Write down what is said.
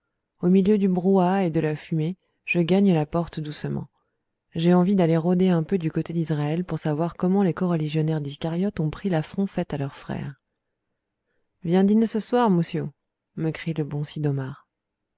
au milieu du brouhaha et de la fumée je gagne la porte doucement j'ai envie d'aller rôder un peu du côté d'israël pour savoir comment les coreligionnaires d'iscariote ont pris l'affront fait à leur frère viens dîner ce soir moussiou me crie le bon